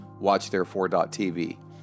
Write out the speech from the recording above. watchtherefore.tv